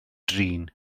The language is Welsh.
drin